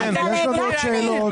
--- חברים, אנחנו לא ממציאים את הגלגל.